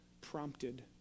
prompted